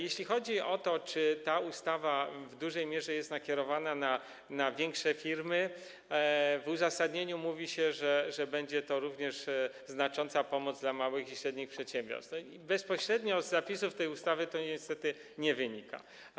Jeśli chodzi o to, czy ta ustawa jest w dużej mierze nakierowana na większe firmy, to w uzasadnieniu mówi się, że będzie to również znacząca pomoc dla małych i średnich przedsiębiorstw, ale bezpośrednio z zapisów tej ustawy to niestety nie wynika.